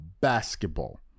basketball